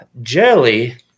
Jelly